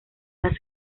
las